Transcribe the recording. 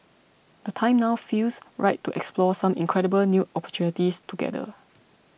the time now feels right to explore some incredible new opportunities together